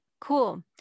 Cool